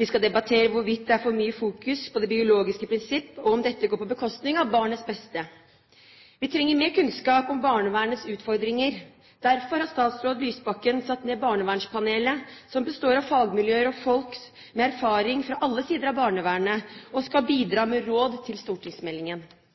Vi skal debattere hvorvidt det er for mye fokus på det biologiske prinsipp og om dette går på bekostning av barnets beste. Vi trenger mer kunnskap om barnevernets utfordringer. Derfor har statsråd Lysbakken satt ned et barnevernspanel som består av fagmiljøer og folk med erfaring fra alle sider av barnevernet og skal bidra med råd til stortingsmeldingen.